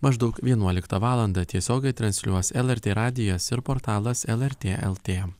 maždaug vienuoliktą valandą tiesiogiai transliuos lrt radijas ir portalas lrt lt